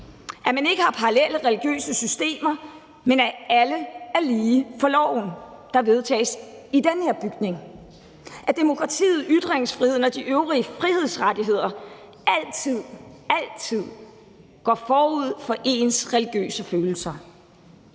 at man ikke har parallelle religiøse systemer, men at alle er lige for loven, der vedtages i den her bygning; og det, at demokratiet, ytringsfriheden og de øvrige frihedsrettigheder altid går forud for ens religiøse følelser.